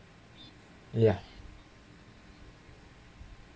ya